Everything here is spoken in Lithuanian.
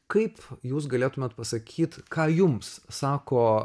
kaip jūs galėtumėt pasakyt ką jums sako